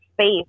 space